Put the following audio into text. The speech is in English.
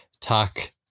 talk